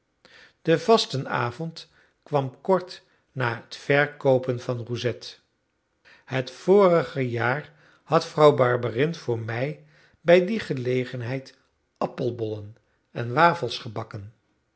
de vastenavond kwam kort na het verkoopen van roussette het vorige jaar had vrouw barberin voor mij bij die gelegenheid appelbollen en wafels gebakken